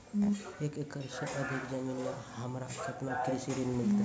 एक एकरऽ से अधिक जमीन या हमरा केतना कृषि ऋण मिलते?